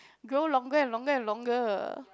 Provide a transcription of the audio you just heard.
grow longer and longer and longer